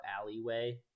alleyway